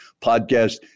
podcast